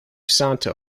santo